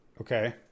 okay